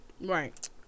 Right